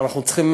אנחנו צריכים,